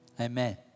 Amen